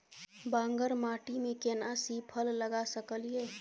बांगर माटी में केना सी फल लगा सकलिए?